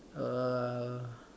uh